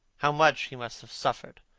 how much he must have suffered!